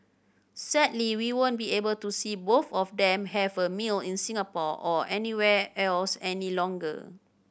sadly we won't be able to see both of them have a meal in Singapore or anywhere else any longer